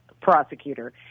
prosecutor